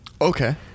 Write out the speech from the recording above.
Okay